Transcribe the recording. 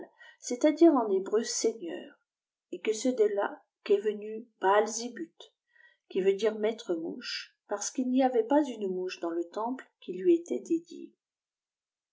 c'est-à-dire en hébreu seigneur et que c'est de là qu'est venu bahalsébut qui veut ç ire lupîtremoucfie parce qu'il n'y avait pas une mouche dans le temple qui lui était